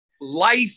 life